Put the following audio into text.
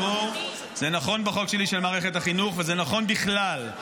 זה נכון בחוק שלי של מערכת החינוך וזה נכון בכלל.